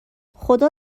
خدا